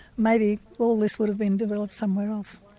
maybe all this would have been developed somewhere else.